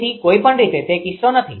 તેથી કોઈપણ રીતે તે કિસ્સો નથી